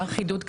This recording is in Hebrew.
אפשר לחדד?